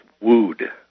wooed